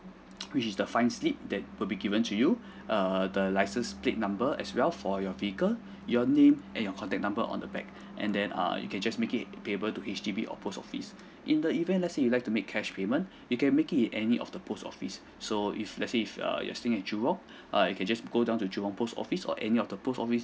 which is the fine slip that would be given to you err the license plate number as well for your vehicle your name and your contact number on the back and then err you can just make it payable to H_D_B or post office in the event let's say you'd like to make cash payment you can make it at any of the post office so if let's say if err you're staying at jurong err you can just go down to jurong post office or any of the post office